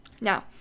now